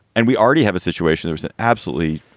and we already have a situation. there's that. absolutely.